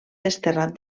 desterrat